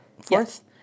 Fourth